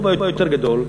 או ביותר גדול,